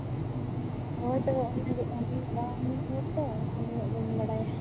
ᱦᱳᱭ ᱛᱚᱵᱮ ᱚᱱᱟᱜᱮ ᱦᱮᱸ ᱥᱮ ᱮᱱᱠᱷᱟᱱ ᱩᱱᱟᱹᱜ ᱵᱟᱹᱧ ᱵᱟᱲᱟᱭᱟ